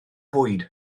bwyd